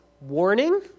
warning